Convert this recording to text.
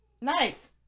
Nice